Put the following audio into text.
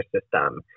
system